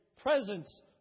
presence